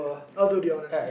I'll do the honours